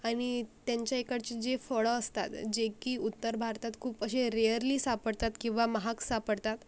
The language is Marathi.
आणि त्यांच्या इकडचे जे फळं असतात जे की उत्तर भारतात खूपअसे रेअरली सापडतात किंवा महाग सापडतात